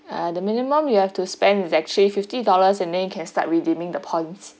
uh the minimum you have to spend is actually fifty dollars and then can start redeeming the points